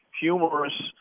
Humorous